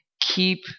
keep